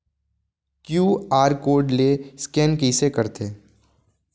QR code ले scan कइसे करथे?